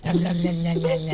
and la la. la la yeah